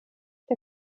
der